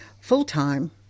full-time